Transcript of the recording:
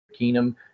Keenum